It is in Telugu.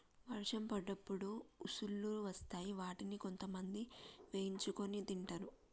వర్షం పడ్డప్పుడు ఉసుల్లు వస్తాయ్ వాటిని కొంతమంది వేయించుకొని తింటరు